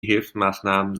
hilfsmaßnahmen